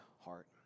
heart